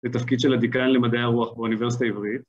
בתפקיד של הדיקן למדעי הרוח באוניברסיטה העברית